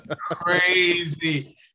Crazy